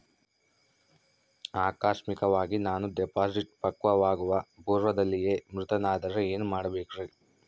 ಆಕಸ್ಮಿಕವಾಗಿ ನಾನು ಡಿಪಾಸಿಟ್ ಪಕ್ವವಾಗುವ ಪೂರ್ವದಲ್ಲಿಯೇ ಮೃತನಾದರೆ ಏನು ಮಾಡಬೇಕ್ರಿ?